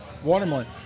Watermelon